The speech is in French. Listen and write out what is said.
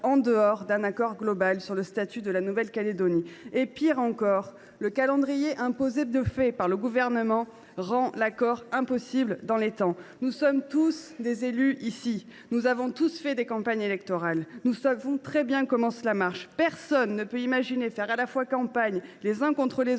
en dehors d’un accord global sur le statut de la Nouvelle Calédonie. Pis encore, le calendrier imposé de fait par le Gouvernement rend l’accord impossible dans les temps. Dans cet hémicycle, nous sommes tous des élus ; nous avons tous fait des campagnes électorales. Nous savons très bien comment cela fonctionne. Personne ne peut imaginer qu’il soit possible de faire campagne les uns contre les autres